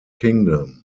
kingdom